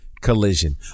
collision